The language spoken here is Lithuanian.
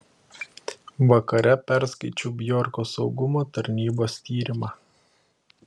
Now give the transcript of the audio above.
vakare perskaičiau bjorko saugumo tarnybos tyrimą